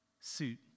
suit